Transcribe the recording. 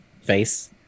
face